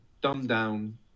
dumbed-down